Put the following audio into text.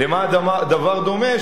למה הדבר דומה?